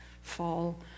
fall